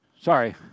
sorry